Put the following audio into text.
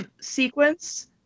sequence